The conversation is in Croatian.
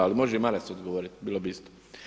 Ali može i Maras odgovoriti, bilo bi isto.